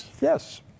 Yes